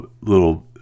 little